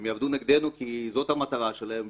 הם יעבדו נגדנו כי זאת המטרה שלהם,